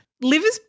Liver's